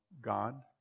God